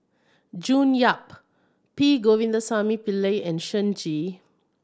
June Yap P Govindasamy Pillai and Shen